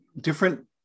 Different